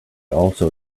also